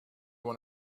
when